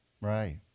Right